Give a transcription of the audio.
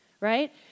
right